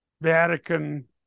Vatican